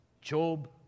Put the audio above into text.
Job